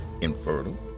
infertile